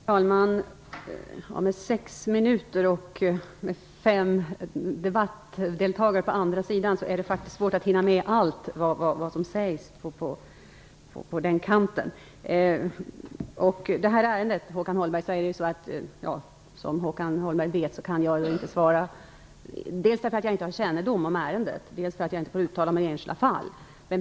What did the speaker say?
Herr talman! På sex minuter kan man med fem debattdeltagare på andra sidan inte hinna med allt som har sagts. När det gäller det ärende Håkan Holmberg drog upp vet han att jag inte kan svara, dels därför att jag inte har kännedom om ärendet och dels därför att jag inte får uttala mig om enskilda fall.